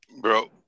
bro